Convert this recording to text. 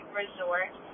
resort